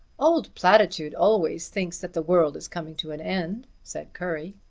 old platitude always thinks that the world is coming to an end, said currie.